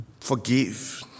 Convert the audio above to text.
forgive